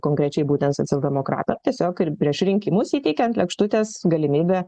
konkrečiai būtent socialdemokratam tiesiog ir prieš rinkimus įteikė ant lėkštutės galimybę